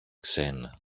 ξένα